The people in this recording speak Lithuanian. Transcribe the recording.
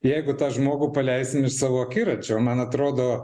jeigu tą žmogų paleisim iš savo akiračio man atrodo